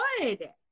good